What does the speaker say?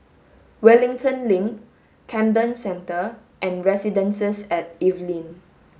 Wellington Link Camden Centre and Residences at Evelyn